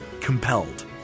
Compelled